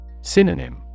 Synonym